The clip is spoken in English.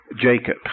Jacob